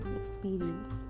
experience